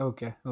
Okay